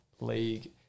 League